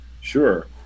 Sure